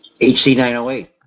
HC908